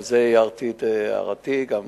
על זה הערתי את הערתי גם